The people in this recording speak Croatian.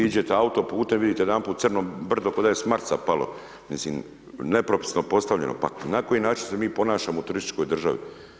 Vi iđete autoputem vidite odjedanput crno brdo ko da je s Marsa palo, mislim nepropisno postavljeno, pa na koji način se mi ponašamo u turističkoj državi.